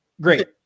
great